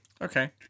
Okay